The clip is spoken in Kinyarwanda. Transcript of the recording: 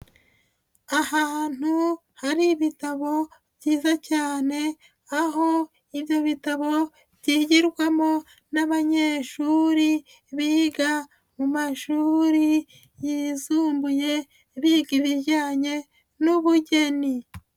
Ahatu hari ibitabo byiza cyane, aho ibyo bitabo byigirwamo n'abanyeshuri biga mu mashuri yisumbuye, biga ibijyanye n'ubugeni.